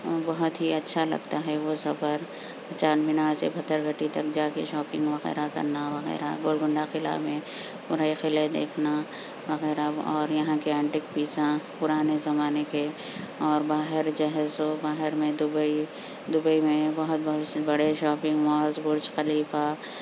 بہت ہی اچھا لگتا ہے وہ سفر چار مینار سے پتھر گٹی تک جا کے شاپنگ وغیرہ کرنا وغیرہ گولکنڈہ قلعہ میں پورے قلعے دیکھنا وغیرہ اور یہاں کی اینٹک پیساں پرانے زمانے کے اور باہر جو ہے سو باہر میں دبئی دبئی میں بہت بہت سے بڑے شاپنگ مالس برج خلیفہ